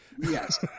Yes